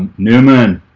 ah newman